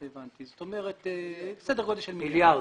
זאת אומרת, סדר גודל של מיליארד.